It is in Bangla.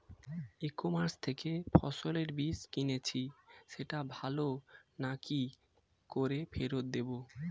ই কমার্স থেকে ফসলের বীজ কিনেছি সেটা ভালো না কি করে ফেরত দেব?